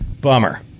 Bummer